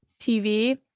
TV